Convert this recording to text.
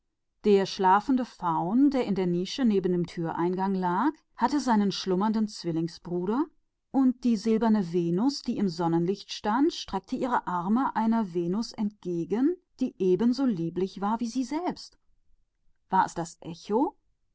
der schlafende faun der bei dem alkoven neben der tür lag hatte seinen schlummernden zwillingsbruder und die silbervenus im sonnenlicht streckte den arm aus nach einer venus so schön wie sie war es das echo